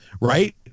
Right